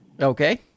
Okay